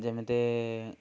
ଯେମିତି